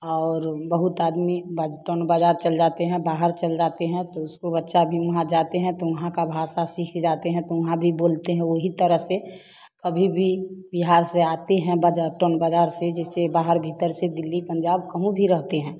और बहुत आदमी बजटन बाजार चल जाते हैं बाहर चल जाते हैं तो उसको बच्चा भी वहाँ जाते हैं तो वहाँ का भाषा सीख जाते हैं तो वहाँ भी बोलते हैं